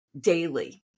daily